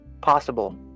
possible